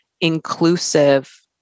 inclusive